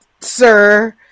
sir